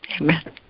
Amen